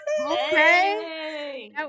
Okay